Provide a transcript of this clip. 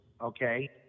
okay